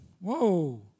whoa